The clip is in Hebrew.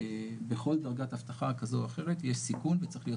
בכל דרגת אבטחה כזו או אחרת יש סיכון וצריך להיות